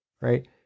right